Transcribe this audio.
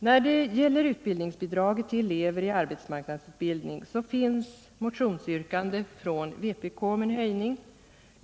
När det gäller utbildningsbidraget till elever i arbetsmarknadsutbildning, finns ett motionsyrkande från vpk om en höjning.